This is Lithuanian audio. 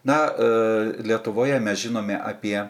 na lietuvoje mes žinome apie